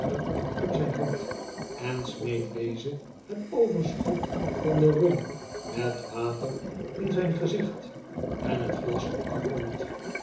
uit zijn hand en smeet dezen het overschot van den rum met water in zijn gezicht en het glas op den grond